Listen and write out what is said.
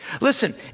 Listen